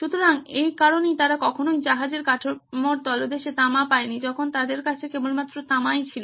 সুতরাং এই কারণেই তারা কখনই জাহাজের কাঠামোর তলদেশে তামা পায়নি যখন তাদের কাছে কেবলমাত্র তামাই ছিল